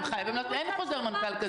אין חוזר מנכ"ל כזה עדיין.